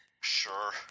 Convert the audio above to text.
sure